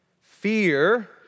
fear